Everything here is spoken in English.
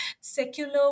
secular